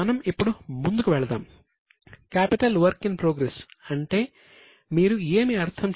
మనం ఇప్పుడు ముందుకు వెళదాం